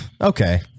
okay